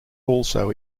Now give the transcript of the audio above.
also